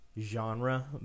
genre